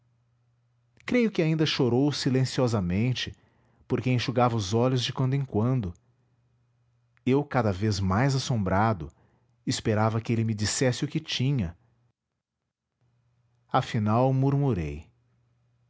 creio que ainda chorou silenciosamente porque enxugava os olhos de quando em quando eu cada vez mais assombrado esperava que ele me dissesse o que tinha afinal murmurei